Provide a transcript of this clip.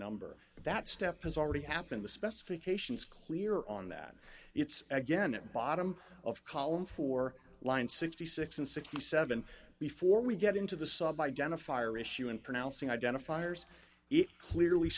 number that step has already happened the specifications clear on that it's again at bottom of column for line sixty six and sixty seven before we get into the sub identifier issue and pronouncing identifiers it clearly